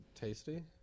tasty